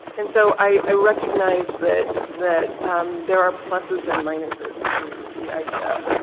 and so i recognized that that there are pluses and minuses to the idea.